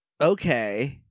Okay